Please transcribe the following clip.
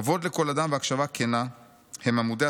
"כבוד לכל אדם והקשבה כנה הם עמודי